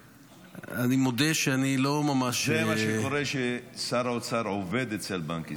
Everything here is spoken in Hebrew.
אני מודה שאני לא ממש --- זה מה שקורה כששר האוצר עובד אצל בנק ישראל,